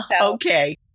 Okay